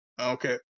Okay